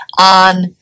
on